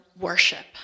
worship